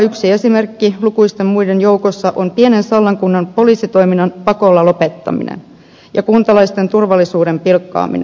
yksi kuvaava esimerkki lukuisten muiden joukossa on pienen sallan kunnan poliisitoiminnan pakolla lopettaminen ja kuntalaisten turvallisuuden pilkkaaminen